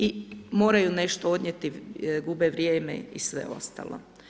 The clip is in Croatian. I moraju nešto odnijeti, gube vrijeme i sve ostalo.